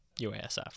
UASF